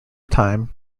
time